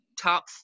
top